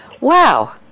Wow